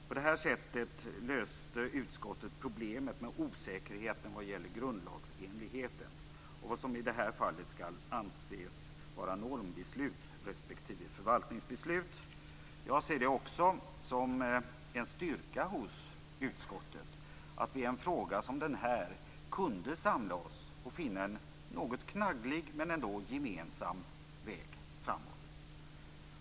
På det sättet löste utskottet problemet med osäkerheten vad gäller grundlagsenligheten och vad som i det här fallet skall anses vara normbeslut respektive förvaltningsbeslut. Jag ser det också som en styrka att vi i utskottet i en fråga som denna kunde samla oss och finna en något knagglig men ändå gemensam väg framåt.